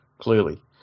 clearly